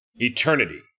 Eternity